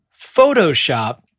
Photoshop